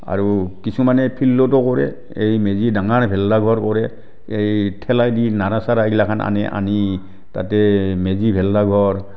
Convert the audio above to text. আৰু কিছুমানে ফিল্ডতো কৰে এই ডাঙৰ ভেলাঘৰ কৰে এই ঠেলাইদি নাৰা চাৰাগিলাখান আনে আনি তাতে মেজি ভেলাঘৰ